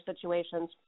situations